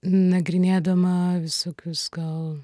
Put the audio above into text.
nagrinėdama visokius gal